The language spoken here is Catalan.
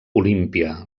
olímpia